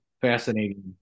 fascinating